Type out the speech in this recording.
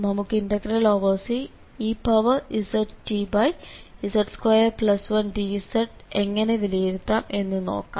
നമുക്ക് Ceztz21dz എങ്ങനെ വിലയിരുത്താം എന്ന് നോക്കാം